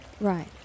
Right